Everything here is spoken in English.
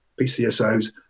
PCSOs